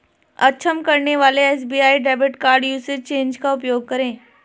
अक्षम करने वाले SBI debit card usage change का उपयोग करें